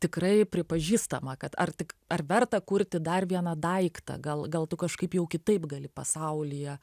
tikrai pripažįstama kad ar tik ar verta kurti dar vieną daiktą gal gal tu kažkaip jau kitaip gali pasaulyje